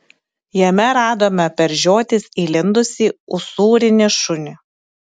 jame radome per žiotis įlindusį usūrinį šunį